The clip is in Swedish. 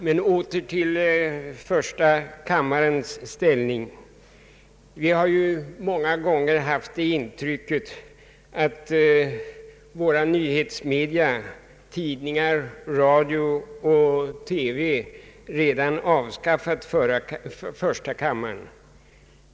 Men låt mig återgå till första kammarens ställning. Vi har ju många gånger haft det intrycket att våra nyhetsmedia — tidningar, radio och TV — redan avskaffat första kammaren.